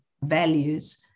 values